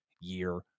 year